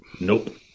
Nope